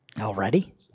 Already